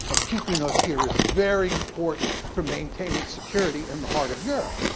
and keeping us here is very important for maintaining security in the heart of europe.